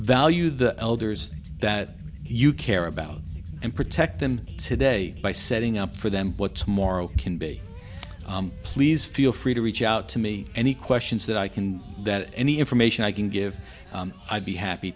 valued the elders that you care about and protect them today by setting up for them what's moral can be please feel free to reach out to me any questions that i can that any information i can give i'd be happy